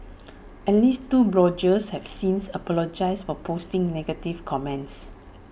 at least two bloggers have since apologised for posting negative comments